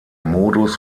modus